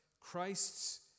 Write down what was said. Christ's